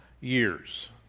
years